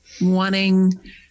wanting